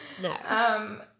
No